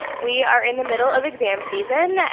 we are in the middle of exam season,